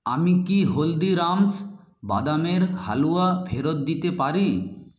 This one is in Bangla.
আমি কি হলদিরামস বাদামের হালুয়া ফেরত দিতে পারি